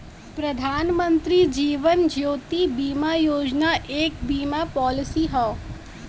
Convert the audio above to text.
प्रधानमंत्री जीवन ज्योति बीमा योजना एक बीमा पॉलिसी हौ